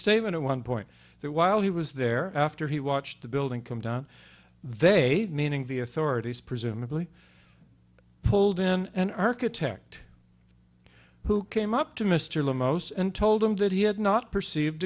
statement at one point that while he was there after he watched the building come down they meaning the authorities presumably pulled in an architect who came up to mr limos and told him that he had not perceived